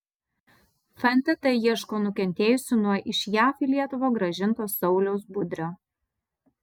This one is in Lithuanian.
fntt ieško nukentėjusių nuo iš jav į lietuvą grąžinto sauliaus budrio